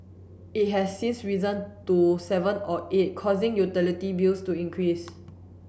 it has since risen to seven or eight causing utility bills to increase